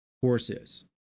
horses